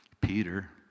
Peter